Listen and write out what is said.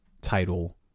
title